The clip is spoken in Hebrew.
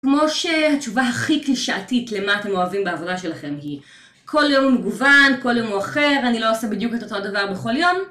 כמו שהתשובה הכי קלישאתית למה אתם אוהבים בעבודה שלכם היא: כל יום מגוון, כל יום הוא אחר, אני לא עושה בדיוק את אות הדבר בכל יום